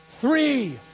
three